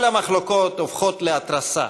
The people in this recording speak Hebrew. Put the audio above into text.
כל המחלוקות הופכות להתרסה,